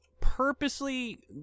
purposely